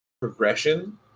progression